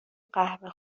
قهوه